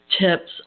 tips